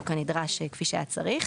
או כנדרש כפי שהיה צריך.